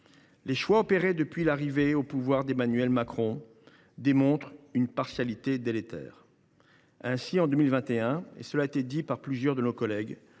Les choix opérés depuis l’arrivée au pouvoir d’Emmanuel Macron démontrent une partialité délétère. Ainsi, en 2021, comme cela a été rappelé plusieurs fois déjà,